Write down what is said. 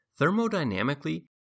Thermodynamically